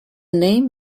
name